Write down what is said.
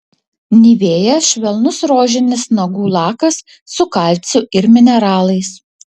nivea švelnus rožinis nagų lakas su kalciu ir mineralais